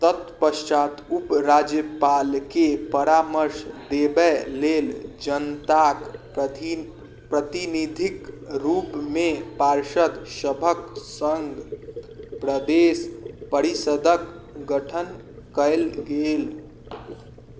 तत्पश्चात उपराज्यपालके परामर्श देबए लेल जनताक प्रति प्रतिनिधिक रूपमे पार्षद सभक सङ्ग प्रदेश परिषदक गठन कएल गेल